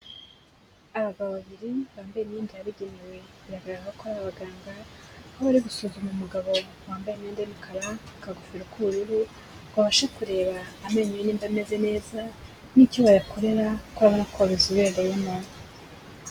Abagabo babiri bambaye imyenda yabugenewe, biragaragara ko ari abaganga, aho bari gusuzuma umugabo wambaye imyenda y'umukara, akagofero k'ubururu, ngo babashe kureba amenyo ye niba ameze neza, n'icyo bayakorera kuko urabona ko babizobereyemo.